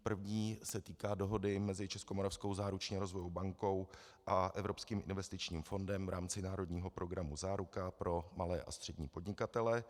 První se týká dohody mezi Českomoravskou záruční a rozvojovou bankou a Evropským investičním fondem v rámci národního programu Záruka pro malé a střední podnikatele.